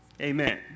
Amen